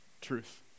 truth